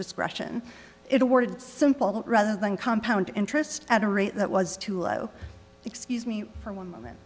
discretion it awarded simple rather than compound interest at a rate that was too low excuse me for one moment